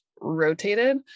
rotated